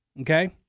okay